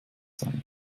sein